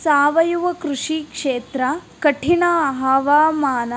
ಸಾವಯವ ಕೃಷಿ ಕ್ಷೇತ್ರ ಕಠಿಣ ಹವಾಮಾನ